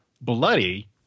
bloody